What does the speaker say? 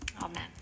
Amen